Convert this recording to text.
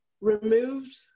removed